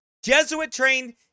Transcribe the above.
Jesuit-trained